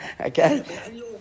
Okay